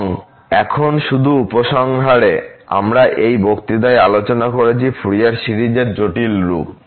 এবং এখন শুধুমাত্র উপসংহারে আমরা এই বক্তৃতায় আলোচনা করেছি ফুরিয়ার সিরিজের জটিল রূপ